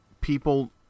People